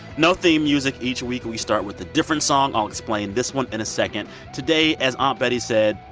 no theme music. each week, we start with a different song. i'll explain this one in a second. today, as aunt betty said,